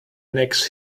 next